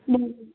હં